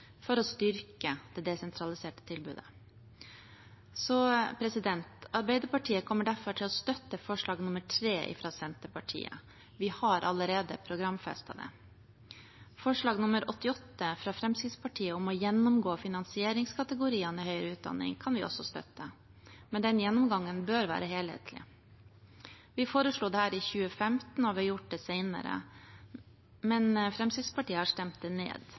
for å styrke det desentraliserte tilbudet. Arbeiderpartiet kommer derfor til å støtte forslag nr. 3, fra Senterpartiet. Vi har allerede programfestet det. Forslag nr. 88, fra Fremskrittspartiet, om å gjennomgå finansieringskategoriene i høyere utdanning, kan vi også støtte, men den gjennomgangen bør være helhetlig. Vi foreslo dette i 2015, og vi har gjort det senere, men Fremskrittspartiet har stemt det ned.